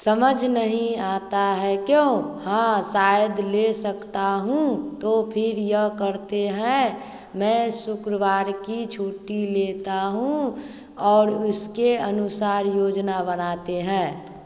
समझ नहीं आता है क्यों हाँ शायद ले सकता हूँ तो फिर यह करते हैं मैं शुक्रवार की छुट्टी लेता हूँ और उसके अनुसार योजना बनाते हैं